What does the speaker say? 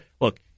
look